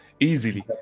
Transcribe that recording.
Easily